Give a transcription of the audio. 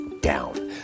down